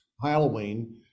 Halloween